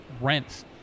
rents